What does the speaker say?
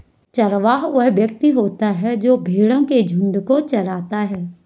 चरवाहा वह व्यक्ति होता है जो भेड़ों के झुंडों को चराता है